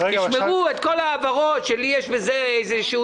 תשמרו את כל ההעברות שלי יש בזה איזשהו